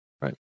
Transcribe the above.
Right